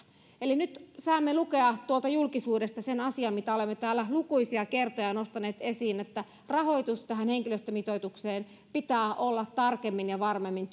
eli nyt saamme lukea tuolta julkisuudesta sen asian mitä olemme täällä lukuisia kertoja nostaneet esiin että rahoitus tähän henkilöstömitoitukseen pitää olla tarkemmin ja varmemmin